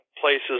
places